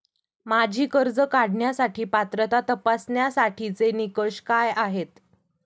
माझी कर्ज काढण्यासाठी पात्रता तपासण्यासाठीचे निकष काय आहेत?